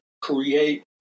create